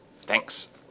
Thanks